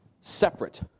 separate